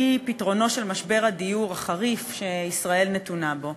והיא פתרונו של משבר הדיור החריף שישראל נתונה בו.